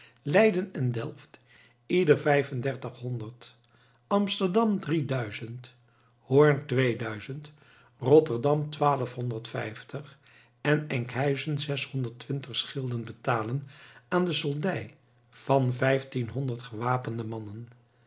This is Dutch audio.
leiden en delft ieder vijfendertighonderd amsterdam drieduizend hoorn tweeduizend rotterdam twaalfhonderdvijftig en enkhuizen zeshonderdvijfentwintig schilden betalen aan de soldij van vijftienhonderd gewapende mannen